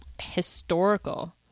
historical